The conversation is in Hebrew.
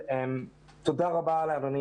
תודה רבה לאדוני